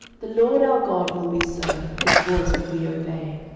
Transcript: the lord our god will we serve, and his voice will we obey.